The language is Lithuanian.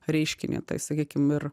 reiškinį tai sakykim ir